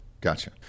Gotcha